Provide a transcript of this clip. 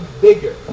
bigger